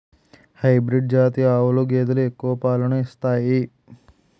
hybrid జాతి ఆవులు గేదెలు ఎక్కువ పాలను ఇత్తాయి